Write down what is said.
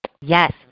Yes